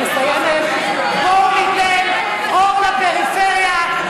אני מסיימת: בואו ניתן אור לפריפריה.